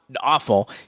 awful